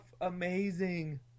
amazing